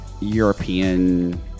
European